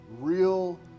real